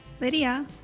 Lydia